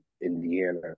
Indiana